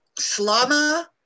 Slama